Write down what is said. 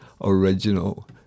original